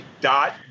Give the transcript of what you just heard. dot